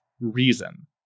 reason